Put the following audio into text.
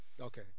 Okay